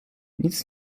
nic